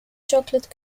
chocolate